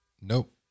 Nope